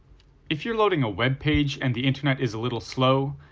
if you're loading a web page and the internet is a little slow,